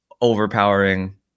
overpowering